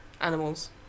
animals